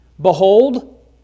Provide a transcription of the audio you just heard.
Behold